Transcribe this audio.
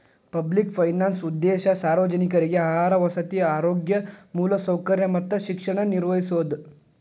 public finance ಉದ್ದೇಶ ಸಾರ್ವಜನಿಕ್ರಿಗೆ ಆಹಾರ ವಸತಿ ಆರೋಗ್ಯ ಮೂಲಸೌಕರ್ಯ ಮತ್ತ ಶಿಕ್ಷಣ ನಿರ್ವಹಿಸೋದ